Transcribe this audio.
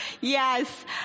yes